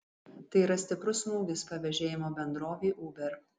tai yra stiprus smūgis pavėžėjimo bendrovei uber